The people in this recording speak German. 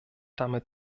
damit